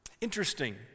Interesting